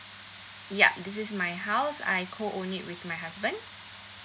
ya this is my house I co own it with my husband